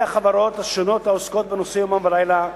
החברות השונות העוסקות בנושא יומם ולילה,